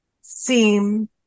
seem